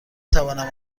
توانم